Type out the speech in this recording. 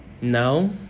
No